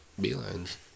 Beeline's